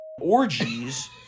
orgies